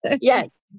Yes